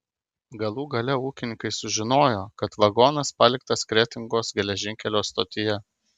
galų gale ūkininkai sužinojo kad vagonas paliktas kretingos geležinkelio stotyje